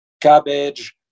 cabbage